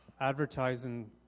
advertising